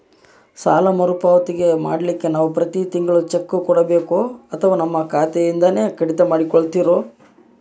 ಸಾಲದ ಮರುಪಾವತಿ ಮಾಡ್ಲಿಕ್ಕೆ ನಾವು ಪ್ರತಿ ತಿಂಗಳು ಚೆಕ್ಕು ಕೊಡಬೇಕೋ ಅಥವಾ ನಮ್ಮ ಖಾತೆಯಿಂದನೆ ಕಡಿತ ಮಾಡ್ಕೊತಿರೋ?